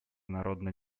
народно